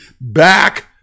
back